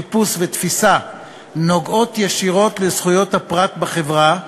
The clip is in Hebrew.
חיפוש ותפיסה נוגעות ישירות לזכויות הפרט בחברה,